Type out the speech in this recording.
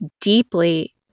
deeply